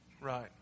Right